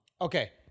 okay